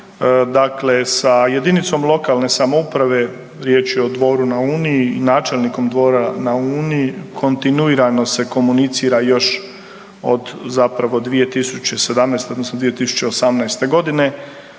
Dakle sa jedinicom lokalne samouprave, riječ je Dvoru na Uni, načelnikom Dvora na Uni, kontinuirano se komunicira još od zapravo 2017. odnosno 2018. g.